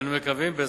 אנו מקווים כי,